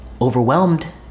overwhelmed